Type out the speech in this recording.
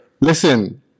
Listen